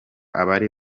abari